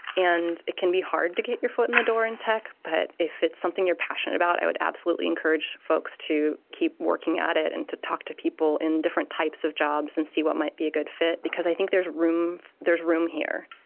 and it can be hard to get your foot in the door in tech. but if it's something you're passionate about, i would absolutely encourage folks to keep working at it and to talk to people in different types of jobs and see what might be a good fit. because i think there's room there's room here.